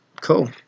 Cool